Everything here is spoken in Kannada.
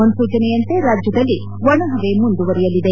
ಮುನ್ನೂಚನೆಯಂತೆ ರಾಜ್ಯದಲ್ಲಿ ಒಣಹವೆ ಮುಂದುವರಿಯಲಿದೆ